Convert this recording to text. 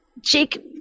Jake